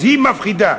היא מפחידה.